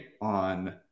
on